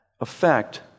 affect